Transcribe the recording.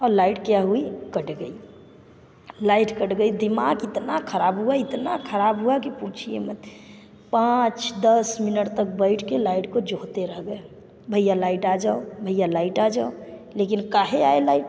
और लाइट क्या हुई कट गई लाइट कट गई दिमाग़ इतना ख़राब हुआ इतना ख़राब हुआ कि पूछिए मत पाँच दस मिनट तक बैठ के लाइट को जोहते रह गए भैया लाइट आ जाओ भैया लाइट आ जाओ लेकिन काहे आए लाइट